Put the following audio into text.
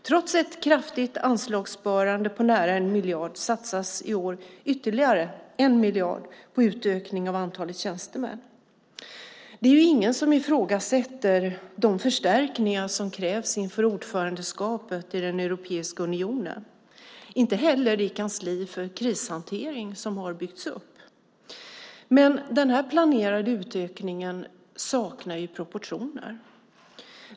Trots ett kraftigt anslagssparande på nära 1 miljard satsas i år ytterligare 1 miljard på utökning av antalet tjänstemän. Det är ingen som ifrågasätter dessa förstärkningar inför ordförandeskapet i Europeiska unionen, inte heller i kansliet för krishantering som har byggts upp, men den här planerade utökningen saknar proportioner.